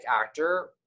actor